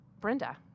Brenda